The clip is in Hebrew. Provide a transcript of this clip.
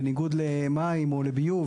בניגוד למים או לביוב,